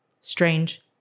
strange